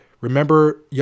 Remember